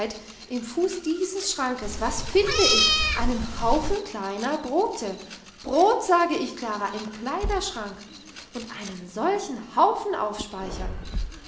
im fuß dieses schrankes was finde ich einen haufen kleiner brote brot sage ich klara im kleiderschrank und einen solchen haufen aufspeichern